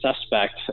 suspect